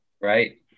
Right